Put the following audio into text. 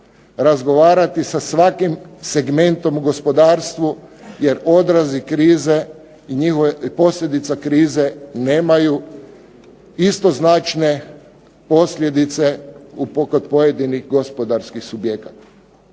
Razgovarati sa svakim segmentom u gospodarstvu jer odrazi krize i posljedica krize nemaju istoznačne posljedice kod pojedinih gospodarskih subjekata.